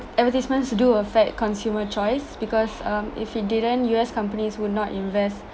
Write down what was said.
advertisements do affect consumer choice because um if you didn't U_S companies would not invest